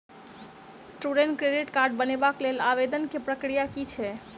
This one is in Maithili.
स्टूडेंट क्रेडिट कार्ड बनेबाक लेल आवेदन केँ की प्रक्रिया छै?